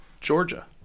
Georgia